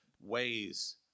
ways